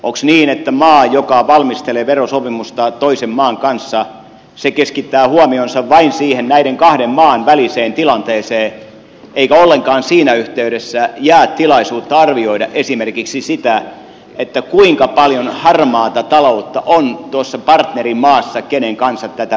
onko niin että maa joka valmistelee verosopimusta toisen maan kanssa keskittää huomionsa vain siihen näiden kahden maan väliseen tilanteeseen eikä siinä yhteydessä jää tilaisuutta arvioida ollenkaan esimerkiksi sitä kuinka paljon harmaata taloutta on tuossa partnerimaassa jonka kanssa tätä verosopimusta tehdään